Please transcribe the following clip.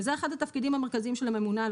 זה אחד התפקידים המרכזיים של הממונה על